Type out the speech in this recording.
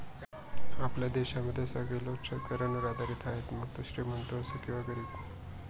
आपल्या देशामध्ये सगळे लोक शेतकऱ्यावर आधारित आहे, मग तो श्रीमंत असो किंवा गरीब